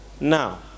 Now